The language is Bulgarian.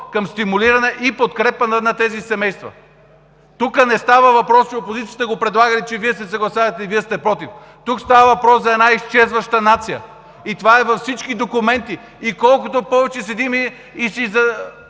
към стимулиране и подкрепа на тези семейства. Тук не става въпрос, че опозицията го предлага, а Вие се съгласявате или сте против. Тук става въпрос за една изчезваща нация и това е във всички документи. Колкото повече седим и си